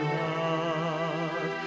love